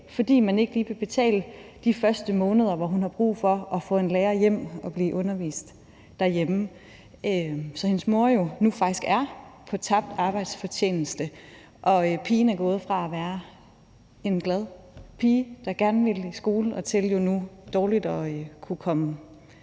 fordi man ikke lige vil betale for de første måneder, hvor hun har brug for at få en lærer hjem og blive undervist derhjemme. Så hendes mor får faktisk nu kompensation for tabt arbejdsfortjeneste, og pigen er gået fra at være en glad pige, der gerne ville i skole, til nu dårligt at kunne komme